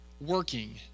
working